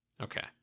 okay